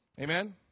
Amen